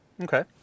Okay